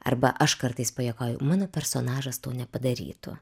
arba aš kartais pajuokauju mano personažas to nepadarytų